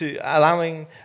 allowing